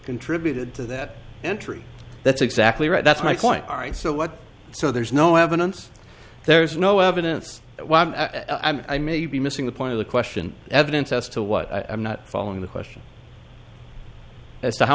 contributed to that entry that's exactly right that's my point all right so what so there's no evidence there's no evidence while i may be missing the point of the question evidence as to what i'm not following the question as to how